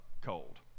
cold